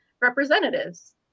representatives